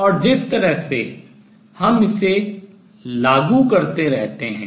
और जिस तरह से हम इसे लागू करते रहते हैं